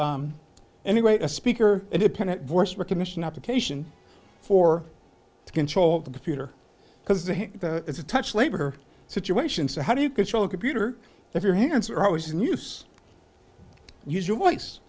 anyway a speaker independent voice recognition application for the control of the computer because it's a touch labor situation so how do you control a computer if your hands are always in use use your voice